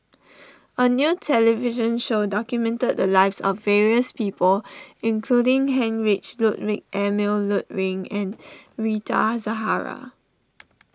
a new television show documented the lives of various people including Heinrich Ludwig Emil Luering and Rita Zahara